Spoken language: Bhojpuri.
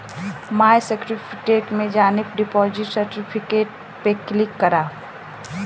माय सर्टिफिकेट में जाके डिपॉजिट सर्टिफिकेट पे क्लिक करा